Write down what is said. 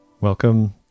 Welcome